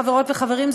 חברות וחברים,